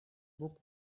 book